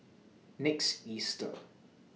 next Easter